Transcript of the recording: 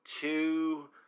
two